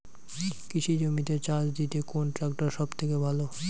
কৃষি জমিতে চাষ দিতে কোন ট্রাক্টর সবথেকে ভালো?